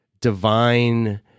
divine